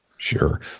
Sure